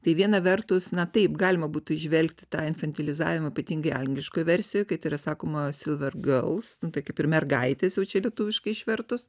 tai viena vertus na taip galima būtų įžvelgti tą infantilizavimą ypatingai angliškoj versijoj kad yra sakoma silver girls nu tai kaip ir mergaitės jau čia lietuviškai išvertus